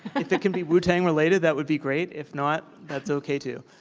and if it can be wu tan related that would be great. if not, that's okay too.